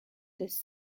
des